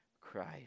Christ